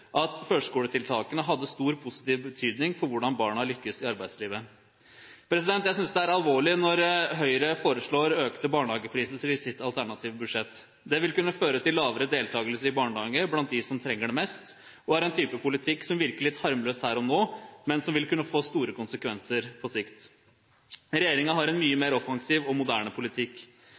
at førskoletiltakene hadde stor positiv betydning for hvordan barna lyktes i arbeidslivet. Jeg synes det er alvorlig når Høyre foreslår økte barnehagepriser i sitt alternative budsjett. Det vil kunne føre til lavere deltakelse i barnehager blant dem som trenger det mest, og er en type politikk som virker litt harmløs her og nå, men som vil kunne få store konsekvenser på sikt. Regjeringen har en mye mer offensiv og moderne politikk.